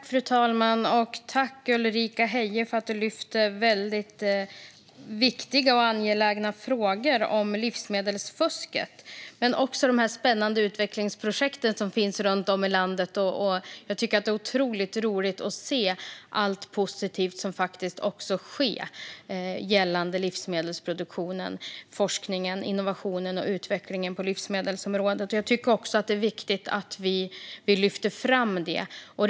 Fru talman! Jag vill tacka Ulrika Heie för att hon lyfter upp viktiga och angelägna frågor om livsmedelsfusket men också de spännande utvecklingsprojekt som finns runt om i landet. Jag tycker att det är otroligt roligt att se allt positivt som sker med livsmedelsproduktionen, forskningen, innovationen och utvecklingen på livsmedelsområdet. Jag tycker att det är viktigt att vi lyfter fram detta.